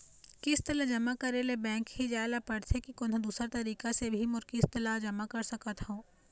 किस्त ला जमा करे ले बैंक ही जाए ला पड़ते कि कोन्हो दूसरा तरीका से भी मोर किस्त ला जमा करा सकत हो?